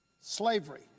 Slavery